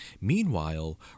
Meanwhile